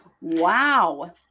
wow